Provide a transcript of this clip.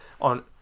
on